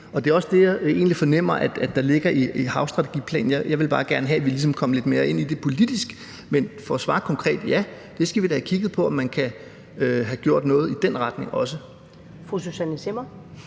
Det er også det, jeg egentlig fornemmer, der ligger i havstrategiplanen. Jeg ville bare gerne have, at vi ligesom kom lidt mere ind i det politisk. Men for at svare konkret: Ja, det skal vi da have kigget på, altså om man kan få gjort noget i den retning også.